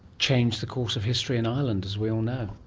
changed the course of history in ireland, as we all know.